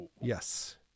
Yes